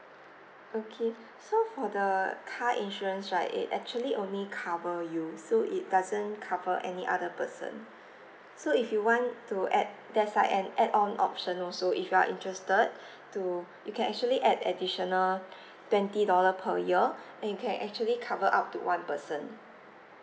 okay so for the car insurance right it actually only cover you so it doesn't cover any other person so if you want to add there's like an add on option also if you're interested to you can actually add additional twenty dollar per year and you can actually cover up to one person